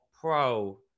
pro